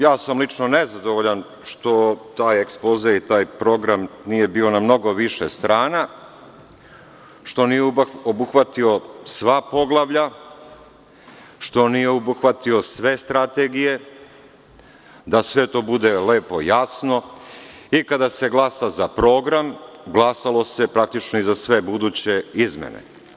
Ja sam lično nezadovoljan što taj ekspoze i taj program nije bio na mnogo više strana, što nije obuhvatio sva poglavlja, što nije obuhvatio sve strategije, da sve to bude lepo jasno, i kada se glasa za program, glasalo se praktično i za sve buduće izmene.